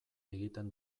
egiten